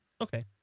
Okay